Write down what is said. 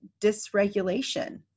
dysregulation